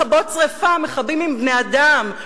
שרפה מכבים עם בני-אדם,